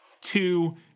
Two